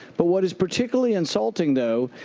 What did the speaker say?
but what is particularly insulting, though,